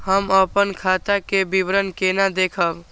हम अपन खाता के विवरण केना देखब?